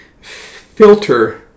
filter